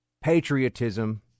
patriotism